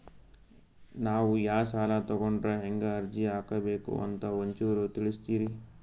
ನಾವು ಯಾ ಸಾಲ ತೊಗೊಂಡ್ರ ಹೆಂಗ ಅರ್ಜಿ ಹಾಕಬೇಕು ಅಂತ ಒಂಚೂರು ತಿಳಿಸ್ತೀರಿ?